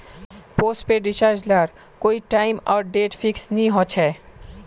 postpaid recharge लार कोए time आर डेट फिक्स नि होछे